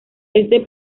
este